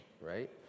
right